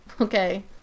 Okay